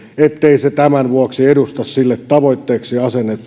ettei se tämän vuoksi edusta sille tavoitteeksi